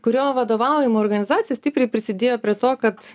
kurio vadovaujama organizacija stipriai prisidėjo prie to kad